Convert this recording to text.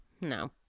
No